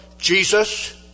Jesus